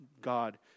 God